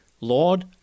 Lord